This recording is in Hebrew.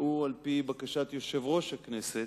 והוא על-פי בקשת יושב-ראש הכנסת: